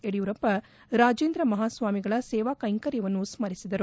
ಯಡಿಯೂರಪ್ಪ ರಾಜೇಂದ್ರ ಮಹಾಸ್ವಾಮೀಗಳ ಸೇವಾ ಕೈಂಕರ್ಯವನ್ನು ಸ್ಮರಿಸಿದರು